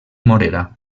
morera